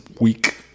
week